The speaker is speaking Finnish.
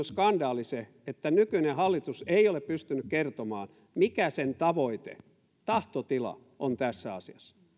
skandaali että nykyinen hallitus ei ole pystynyt kertomaan mikä sen tavoite tahtotila on tässä asiassa